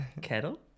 Kettle